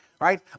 right